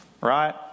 Right